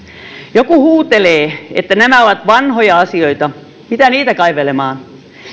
joku huutelee että nämä ovat vanhoja asioita mitä niitä kaivelemaan